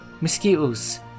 Mosquitoes